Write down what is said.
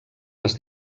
les